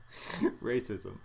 Racism